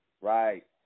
Right